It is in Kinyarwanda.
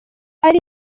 ari